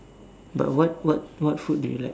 but what what what food do you like